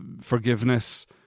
forgiveness